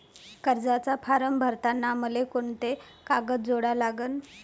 कर्जाचा फारम भरताना मले कोंते कागद जोडा लागन?